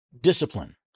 discipline